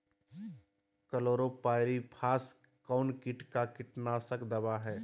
Chlorpyrifos कौन किट का कीटनाशक दवा है?